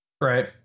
Right